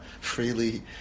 Freely